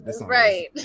Right